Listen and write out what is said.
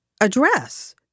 address